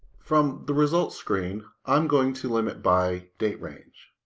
from the results screen, i'm going to limit by date range.